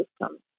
system